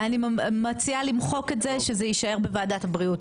אני מציעה למחוק את זה, שזה יישאר בוועדת הבריאות.